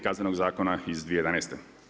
Kaznenog zakona iz 2011.